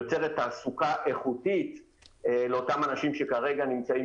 יוצרת תעסוקה איכותית לאותם אנשים שכרגע נמצאים